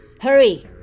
Hurry